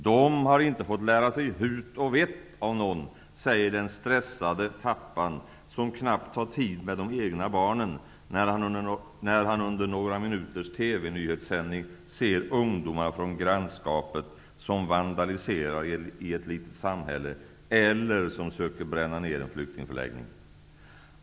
''Dom har inte fått lära sig hut och vett av någon'', säger den stressade pappan, som knappt har tid med de egna barnen, när han under några minuters TV-nyhetssändning ser ungdomar från grannskapet som vandaliserar i ett litet samhälle eller som söker bränna ner en flyktingförläggning.